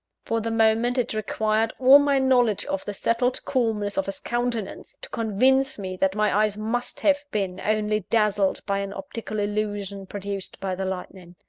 for the moment, it required all my knowledge of the settled calmness of his countenance, to convince me that my eyes must have been only dazzled by an optical illusion produced by the lightning.